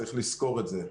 צריך לזכור את זה.